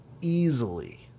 easily